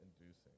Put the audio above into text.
inducing